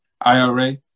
IRA